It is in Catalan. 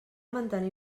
mantenir